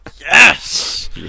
Yes